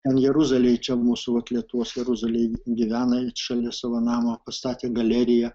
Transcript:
ten jeruzalėj čia mūsų vat lietuvos jeruzalėj gyvena šalia savo namo pastatė galeriją